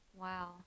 Wow